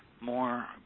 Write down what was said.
more